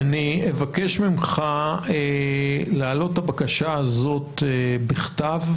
אני אבקש ממך להעלות את הבקשה הזאת בכתב,